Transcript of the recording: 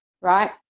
right